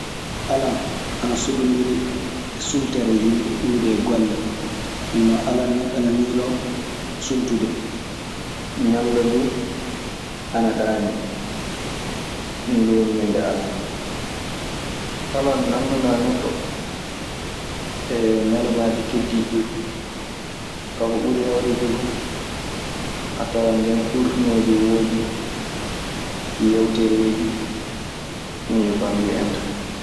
Alan, ana soɗo ndiri e suultere yimɓe iwde e golle. Nden non alan neɗɗo ana miiloo suultude, ñalla duu ana ɗaanii. Ɗun duu woni ñende alan. Alan nanndanaa neɗɗo ñalawmaaji keddiidi ɗii fu. Kaa, ko ɓuri heewde du fu, a tawan nden kuurtuŋooji woodi, yawtereeji. ɗun e bandun en tan.